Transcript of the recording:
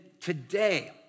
today